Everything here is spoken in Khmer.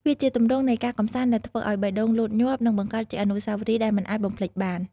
វាជាទម្រង់នៃការកម្សាន្តដែលធ្វើឱ្យបេះដូងលោតញាប់ និងបង្កើតជាអនុស្សាវរីយ៍ដែលមិនអាចបំភ្លេចបាន។